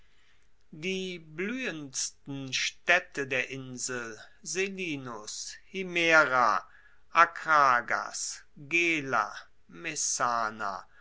die bluehendsten staedte der insel selinus himera akragas